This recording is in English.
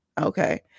okay